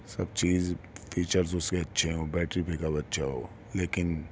سب چیز فیچرس اس کے اچھے ہوں بیٹری پیک اب اچھا ہو لیکن